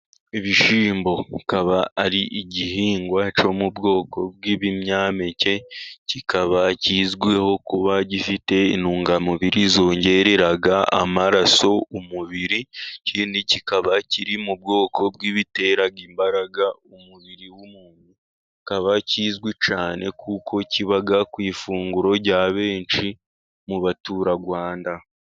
Ibishyimbo bikaba ari igihingwa cyo mu bwoko bw'ibinyampeke, kikaba kizwiho kuba gifite intungamubiri zongerera amaraso umubiri, ikindi kikaba kiri mu bwoko bw'ibitera imbaraga umubiri w'umuntu, kikaba kizwi cyane kuko kiba ku ifunguro rya benshi mu baturarwanda.